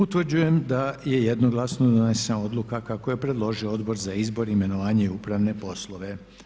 Utvrđujem da je jednoglasno donesena odluka kako je predložio Odbor za izbor, imenovanje, upravne poslove.